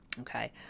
okay